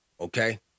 okay